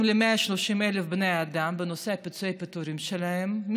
ל-130,000 בני אדם בנושא פיצויי הפיטורין שלהם.